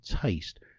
taste